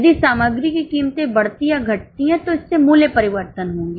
यदि सामग्री की कीमतें बढ़ती या घटती हैं तो इससे मूल्य परिवर्तन होंगे